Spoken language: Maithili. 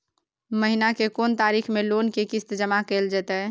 महीना के कोन तारीख मे लोन के किस्त जमा कैल जेतै?